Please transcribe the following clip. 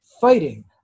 fighting